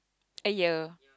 a year